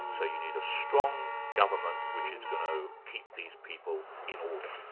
and so you need a strong government, which is going to keep these people in order.